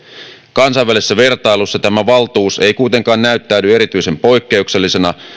kansainvälisessä vertailussa tämä valtuus ei kuitenkaan näyttäydy erityisen poikkeuksellisena